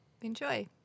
Enjoy